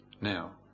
now